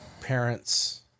parents